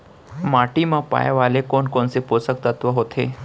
माटी मा पाए वाले कोन कोन से पोसक तत्व होथे?